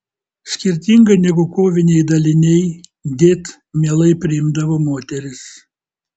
skirtingai negu koviniai daliniai dėt mielai priimdavo moteris